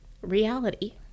reality